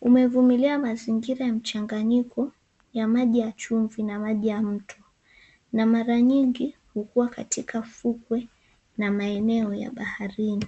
umevumilia mazingira ya mchanganyiko ya maji ya chumvi na maji ya mto na mara nyingi hukua katika fukwe na maeneo ya baharini.